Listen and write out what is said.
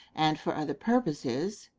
and for other purposes,